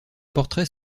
portraits